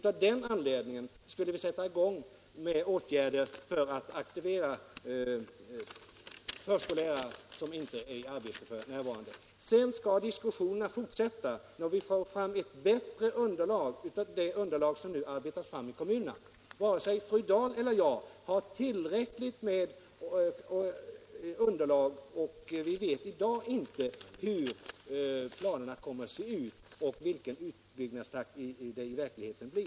Av den anledningen skulle vi vidta åtgärder för att aktivera förskollärare som f.n. inte är i arbete. När vi på grundval av vad som nu arbetats fram i kommunerna får ett bättre underlag, skall diskussionerna fortsätta. Varken fru Dahl eller jag vet hur planerna kommer att se ut och vilken utbyggnadstakt det i verkligheten blir.